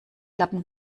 lappen